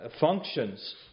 functions